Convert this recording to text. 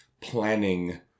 planning